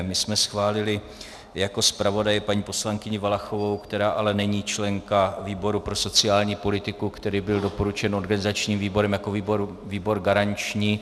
My jsme schválili jako zpravodaje paní poslankyni Valachovou, která ale není členka výboru pro sociální politiku, který byl doporučen organizačním výborem jako výbor garanční.